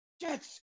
Jets